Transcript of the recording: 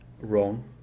wrong